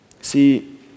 See